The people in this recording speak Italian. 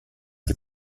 che